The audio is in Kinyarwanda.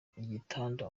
igitanda